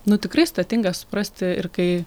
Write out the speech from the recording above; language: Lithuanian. nu tikrai sudėtinga suprasti ir kai